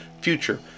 future